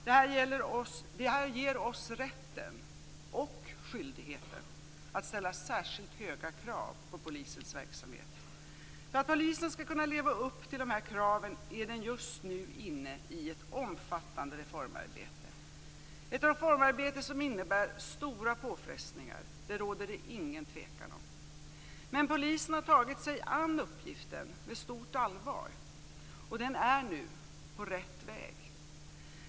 Detta ger oss rätten och skyldigheten att ställa särskilt höga krav på polisens verksamhet. För att polisen skall kunna leva upp till dessa krav är den just nu inne i ett omfattande reformarbete - ett reformarbete som innebär stora påfrestningar. Det råder det ingen tvekan om. Men polisen har tagit sig an uppgiften med stort allvar, och den är nu på rätt väg.